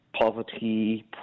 poverty